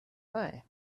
lie